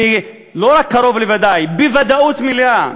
ולא קרוב לוודאי, אלא בוודאות מלאה,